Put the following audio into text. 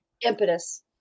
impetus